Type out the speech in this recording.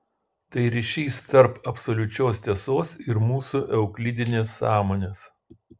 tai ryšys tarp absoliučios tiesos ir mūsų euklidinės sąmonės